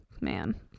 Man